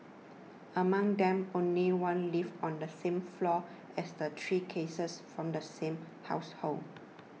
among them only one lived on the same floor as the three cases from the same household